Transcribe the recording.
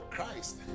Christ